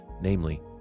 namely